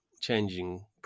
changing